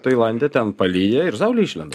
tailande ten palyja ir saulė išlenda